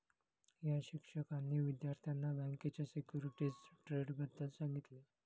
या शिक्षकांनी विद्यार्थ्यांना बँकेच्या सिक्युरिटीज ट्रेडबद्दल सांगितले